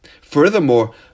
Furthermore